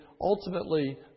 ultimately